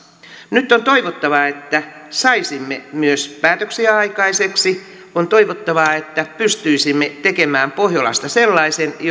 nyt on toivottavaa että saisimme myös päätöksiä aikaan on toivottavaa että pystyisimme tekemään pohjolasta sellaisen